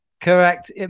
Correct